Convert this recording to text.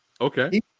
Okay